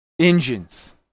engines